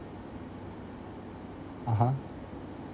(uh huh)